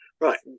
Right